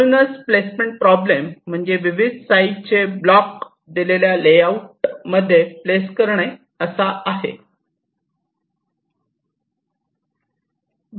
म्हणूनच placement problem म्हणजे विविध साईजचे ब्लॉक दिलेल्या लेआउट मध्ये हे प्लेस करणे असा आहे